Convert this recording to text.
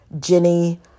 Jenny